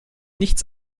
nichts